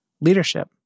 leadership